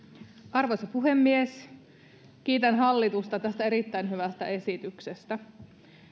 arvoisa puhemies kiitän hallitusta tästä erittäin hyvästä esityksestä